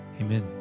amen